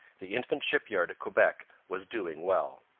the infant shipyard at quebec was doing well.